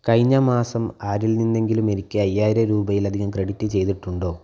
കഴിഞ്ഞ മാസം ആരിൽ നിന്നെങ്കിലും എനിക്ക് അയ്യായിരം രൂപയിലധികം ക്രെഡിറ്റ് ചെയ്തിട്ടുണ്ടോ